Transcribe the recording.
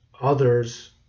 others